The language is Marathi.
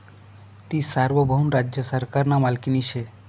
ती सार्वभौम राज्य सरकारना मालकीनी शे